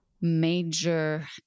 major